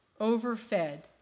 overfed